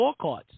scorecards